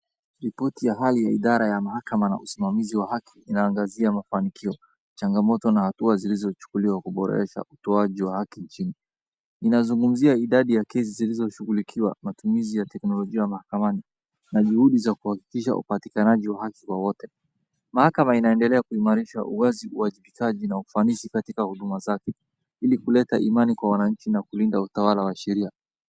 Ripoti ya hali ya idara ya mahakama na usimamizi wa haki inaangazia mafanikio, changamoto na hatua zilizochukuliwa kuboresha utoaji wa haki nchini. Inazungumzia idadi ya kesi zilizoshughulikiwa, matumizi ya teknolojia mahakamani na juhudi za kuhakikisha upatikanaji wa haki kwa wote. Mahakama inaendelea kuimarisha uwazi, uwajibikaji na ufanisi katika huduma zake ili kuleta imani kwa wananchi na kulinda utawala wa sheria.